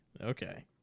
Okay